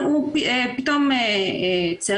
הוא על